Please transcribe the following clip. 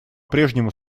прежнему